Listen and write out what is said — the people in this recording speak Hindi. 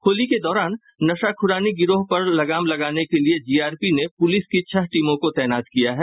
होली के दौरान नशाखुरानी गिरोह पर लगाम लगाने के लिये जीआरपी ने पुलिस की छह टीमों को तैनात किया है